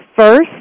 First